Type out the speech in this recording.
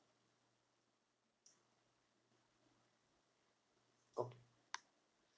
okay